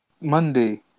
monday